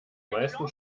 meisten